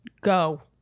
go